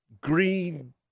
green